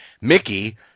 mickey